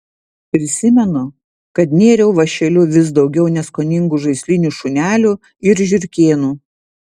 prisimenu kad nėriau vąšeliu vis daugiau neskoningų žaislinių šunelių ir žiurkėnų